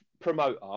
promoter